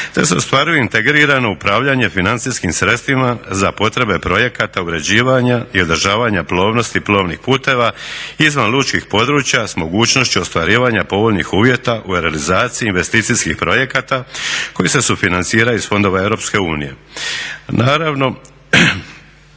te se ostvaruje integrirano upravljanje financijskim sredstvima za potrebe projekata uređivanja i održavanja plovnosti plovnih puteva izvan lučkih područja s mogućnošću ostvarivanja povoljnih uvjeta u realizaciji investicijskih projekata koji se sufinanciraju iz fondova Europske unije.